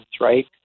right